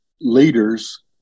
leaders